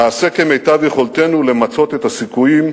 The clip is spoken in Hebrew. נעשה כמיטב יכולתנו למצות את הסיכויים